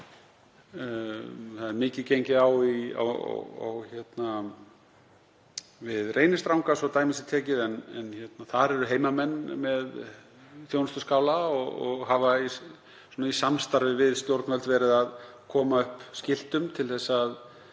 Það hefur mikið gengið á í og við Reynisdranga, svo að dæmi sé tekið, en þar eru heimamenn með þjónustuskála og hafa í samstarfi við stjórnvöld verið að koma upp skiltum til að